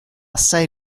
assai